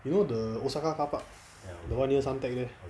you know the osaka carpark the one near suntec there